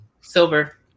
silver